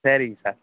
சரிங்க சார்